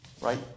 right